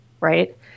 right